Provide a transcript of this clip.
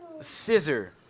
Scissor